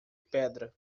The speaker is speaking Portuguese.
pedra